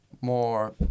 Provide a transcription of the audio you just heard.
more